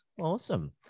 Awesome